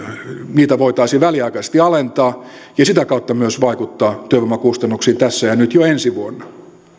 voitaisiin väliaikaisesti alentaa ja sitä kautta myös vaikuttaa työvoimakustannuksiin tässä ja nyt jo ensi vuonna